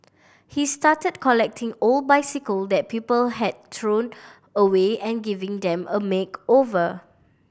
he started collecting old bicycle that people had thrown away and giving them a makeover